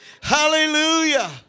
Hallelujah